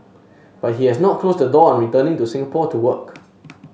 but he has not closed the door on returning to Singapore to work